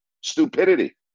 Stupidity